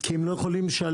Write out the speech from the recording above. כי הם לא יכולים לשלם,